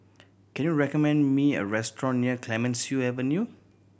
can you recommend me a restaurant near Clemenceau Avenue